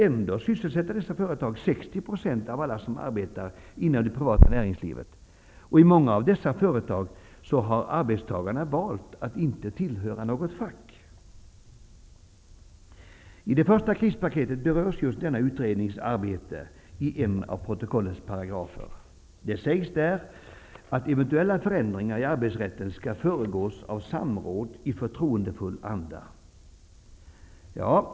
Ändå sysselsätter dessa företag 60 % många av dessa företag har arbetstagarna valt att inte tillhöra något fack. I det första krispaketet berörs just denna utrednings arbete i en av protokollets paragrafer. Det sägs där att eventuella förändringar i arbetsrätten skall föregås av samråd i förtroendefull anda.